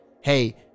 hey